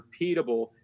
repeatable